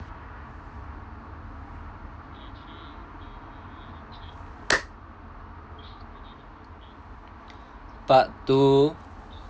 part two